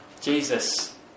Jesus